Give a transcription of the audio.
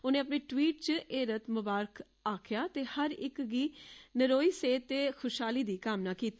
उनें अपने ट्वीट च हेरथ मुबारक आक्खेआ ते हर इक दी नरोई सेहत ते खुशहाली दी कामना कीती